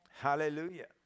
Hallelujah